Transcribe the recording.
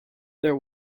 there